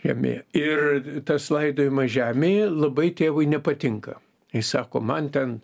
žemėje ir tas laidojimas žemėje labai tėvui nepatinka jis sako man ten